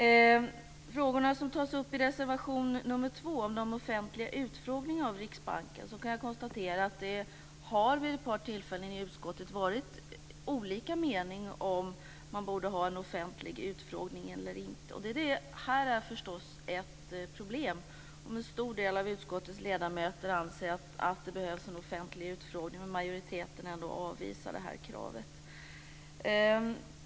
När det gäller de frågor som tas upp i reservation 2, som handlar om offentliga utfrågningar av Riksbanken, kan jag konstatera att det vid ett par tillfällen har varit olika meningar i utskottet i fråga om man borde ha offentliga utfrågningar eller inte. Det är förstås ett problem om en stor del av utskottets ledamöter anser att det behövs offentliga utfrågningar men majoriteten ändå avvisar det kravet.